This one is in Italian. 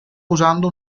usando